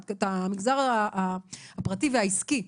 את המגזר הפרטי והעסקי,